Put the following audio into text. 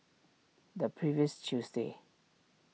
the previous Tuesday